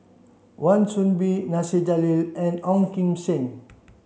Wan Soon Bee Nasir Jalil and Ong Kim Seng